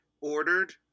ordered